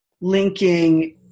linking